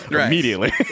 immediately